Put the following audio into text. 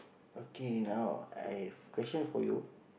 okay now I've question for you